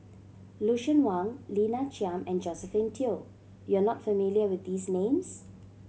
Lucien Wang Lina Chiam and Josephine Teo you are not familiar with these names